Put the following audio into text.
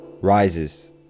rises